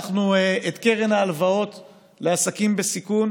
את קרן ההלוואות לעסקים בסיכון